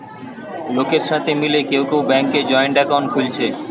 লোকের সাথে মিলে কেউ কেউ ব্যাংকে জয়েন্ট একাউন্ট খুলছে